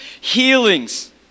healings